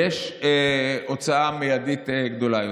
יש הוצאה מיידית גדולה יותר,